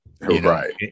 Right